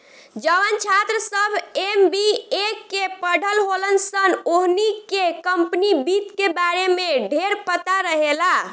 जवन छात्र सभ एम.बी.ए के पढ़ल होलन सन ओहनी के कम्पनी वित्त के बारे में ढेरपता रहेला